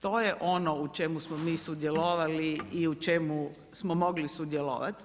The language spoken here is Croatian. To je ono u čemu smo mi sudjelovali i u čemu smo mogli sudjelovati.